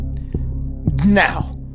Now